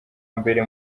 mbere